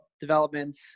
development